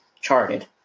charted